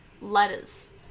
letters